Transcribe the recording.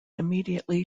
immediately